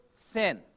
sin